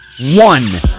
one